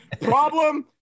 problem